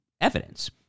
evidence